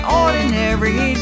ordinary